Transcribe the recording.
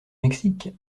mexique